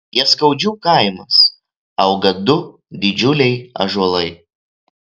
jaskaudžių kaimas auga du didžiuliai ąžuolai